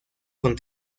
con